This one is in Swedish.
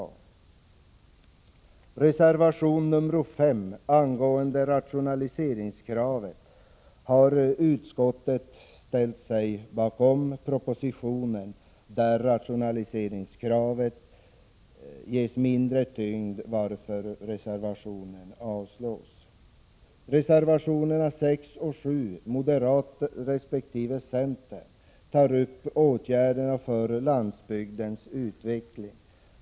Jag yrkar avslag på reservationen. Reservation 5 gäller rationaliseringskravet. På den punkten har utskottet ställt sig bakom propositionen, där rationaliseringskravet ges mindre tyngd, varför jag föreslår att reservationen avslås. Reservationerna 6 och 7 från moderaterna resp. centern tar upp åtgärder för landsbygdens utveckling.